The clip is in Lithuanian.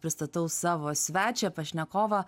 pristatau savo svečią pašnekovą